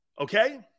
okay